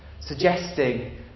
suggesting